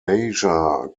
baja